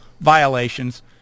violations